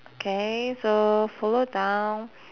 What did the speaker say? K so follow down